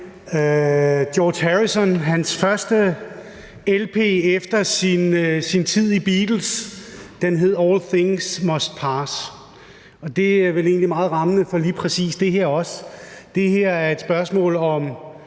George Harrisons første lp efter hans tid i The Beatles hed »All Things Must Pass«, og det er vel egentlig meget rammende for lige præcis det her. Det her er et spørgsmål om